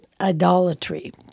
idolatry